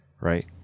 Right